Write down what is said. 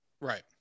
Right